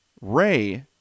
Ray